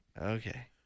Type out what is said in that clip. Okay